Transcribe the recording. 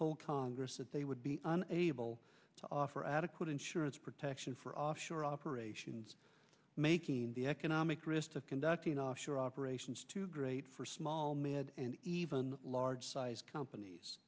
told congress that they would be able to offer adequate insurance protection for offshore operations making the economic risk of conducting offshore operations too great for small med and even large sized companies